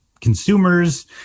consumers